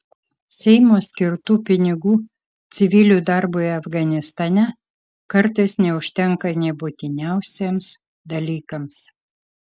seimo skirtų pinigų civilių darbui afganistane kartais neužtenka nė būtiniausiems dalykams